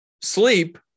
sleep